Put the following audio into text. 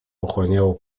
pochłaniało